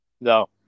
No